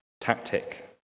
tactic